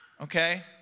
Okay